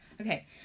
Okay